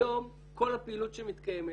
היום כל הפעילות שמתקיימת,